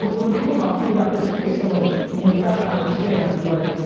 when people talk to me about this space i'm like, you've gotta understand like,